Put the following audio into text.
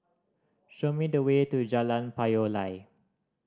show me the way to Jalan Payoh Lai